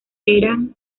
eran